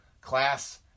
class